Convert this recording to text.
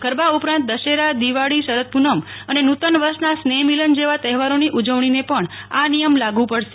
ગરબા ઉપરાંત દશેરા દિવાળી શરદ પૂનમ અને નૂતન વર્ષ ના સ્નેહમિલન જેવા તહેવારોની ઉજવણીને પણ આ નિયમ લાગુ પડશે